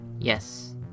Yes